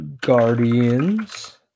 Guardians